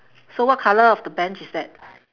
so what colour of the bench is that